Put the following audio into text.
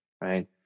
right